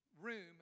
room